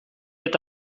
eta